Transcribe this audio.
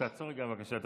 תעצור רגע, בבקשה.